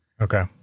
Okay